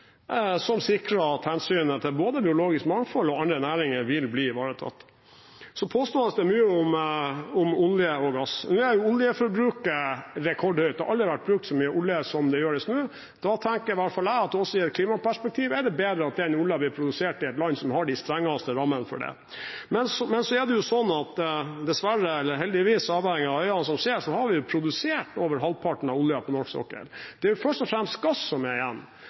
som sikrer at hensynet til både biologisk mangfold og andre næringer vil bli ivaretatt. Så påstås det mye om olje og gass. Oljeforbruket er rekordhøyt. Det har aldri vært brukt så mye olje som nå. Da tenker i hvert fall jeg at også i et klimaperspektiv er det bedre at den oljen blir produsert i et land som har de strengeste rammene for det. Dessverre – eller heldigvis, avhengig av øynene som ser – har vi produsert over halvparten av oljen på norsk sokkel. Det er først og fremst gass som er igjen.